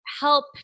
help